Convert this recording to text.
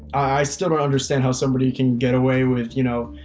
i still don't understand how somebody can get away with, you know,